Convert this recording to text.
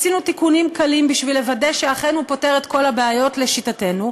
עשינו תיקונים קלים בשביל לוודא שאכן הוא פותר את כל הבעיות לשיטתנו,